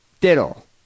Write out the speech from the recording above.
Diddle